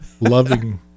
loving